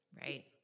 Right